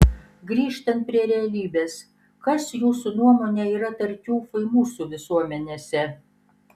grįžtant prie realybės kas jūsų nuomone yra tartiufai mūsų visuomenėse